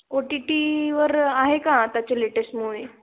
ओ T टीवर आहे का त्याचे लेटेस्ट मूव्ही